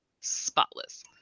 spotless